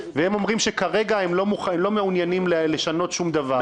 והם אומרים שכרגע הם לא מעוניינים לשנות שום דבר.